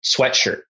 sweatshirt